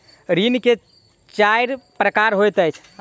ऋण के चाइर प्रकार होइत अछि